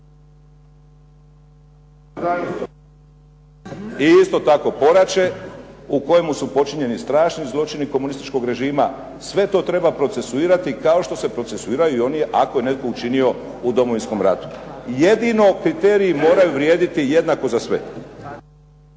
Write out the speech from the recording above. i isto tako poraće u kojemu su počinjeni strašni zloćini komunističkog režima. Sve to treba procesuirati kao što se procesuiraju i oni ako je netko učinio u Domovinskom ratu. Jedino kriteriji moraju vrijediti jednako za sve.